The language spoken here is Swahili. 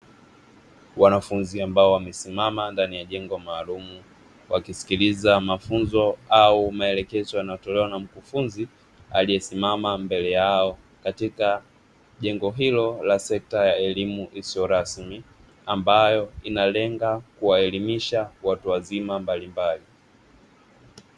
Wanafunzi ambao wamesimama ndani ya jengo maalum wakisikiliza mafunzo au maelekezo yanayotolewa na mkufunzi aliyesimama mbele yao katika jengo hilo la sekta ya elimu isiyo rasmi, ambayo inalenga kuwaelimisha watu wazima mbalimbali.